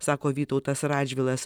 sako vytautas radžvilas